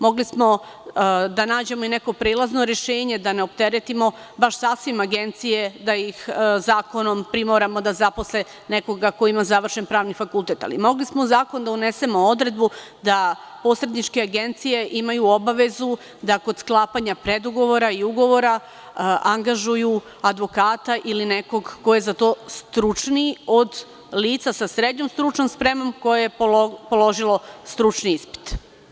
Mogli smo da nađemo i neko prelazno rešenje, da ne opteretimo sasvim agencije, da ih zakonom primoramo da zaposle nekoga ko ima završen pravni fakultet, ali mogli smo u zakon da unesemo odredbu da posredničke agencije imaju obavezu da kod sklapanja predugovora i ugovora angažuju advokata ili nekog ko je za to stručniji od lica sa srednjom stručnom spremom koje je položilo stručni ispit.